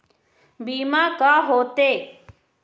बीमा का होते?